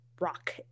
rock